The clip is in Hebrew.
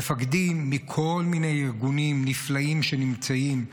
מפקדים מכל מיני ארגונים נפלאים שנמצאים,